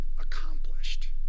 accomplished